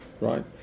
right